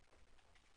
נכון.